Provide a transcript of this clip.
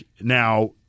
Now